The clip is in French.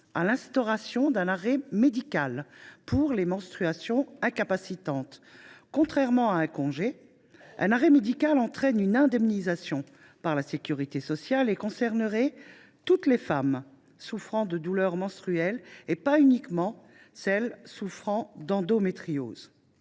à la mise en place d’un arrêt médical en cas de menstruations incapacitantes. Contrairement à un congé, un arrêt conduit à une indemnisation par la sécurité sociale et concerne toutes les femmes souffrant de douleurs menstruelles, pas uniquement celles qui souffrent d’endométriose.